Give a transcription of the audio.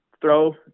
throw